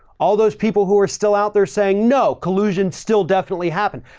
all those people who are still out there saying no collusion still definitely happen.